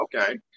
Okay